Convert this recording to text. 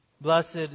Blessed